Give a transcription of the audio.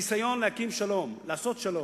הניסיון להקים שלום, לעשות שלום,